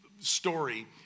story